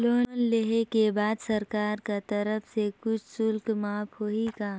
Loan लेहे के बाद सरकार कर तरफ से कुछ शुल्क माफ होही का?